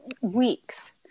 weeks